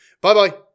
Bye-bye